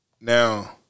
now